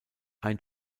ein